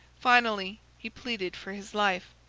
finally, he pleaded for his life.